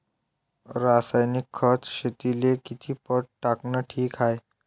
रासायनिक खत शेतीले किती पट टाकनं ठीक हाये?